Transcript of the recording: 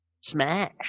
smash